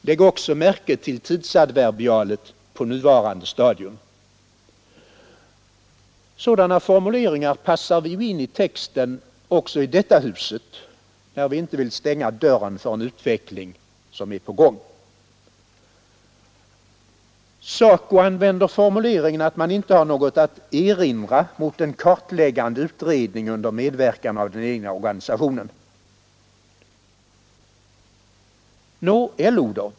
Lägg också märke till tidsadverbialet ”på nuvarande stadium”. Sådana formuleringar passar vi ju även i detta hus in i texten, när vi inte vill stänga dörren för en utveckling som är på gång. SACO använder formuleringen att man inte har något att erinra mot en kartläggande utredning under medverkan av den egna organisationen. Nå, LO då?